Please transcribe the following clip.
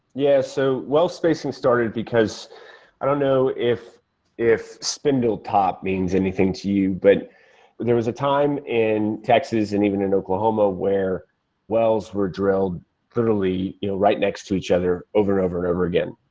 yeah. so well spacing started because i don't know if if spindletop means anything to you, but there was a time in texas and even in oklahoma where wells were drilled thoroughly you know right next to each other over and over and over again.